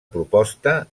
proposta